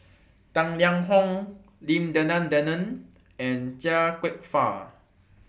Tang Liang Hong Lim Denan Denon and Chia Kwek Fah